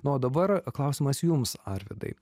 nu o dabar klausimas jums arvydai